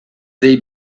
they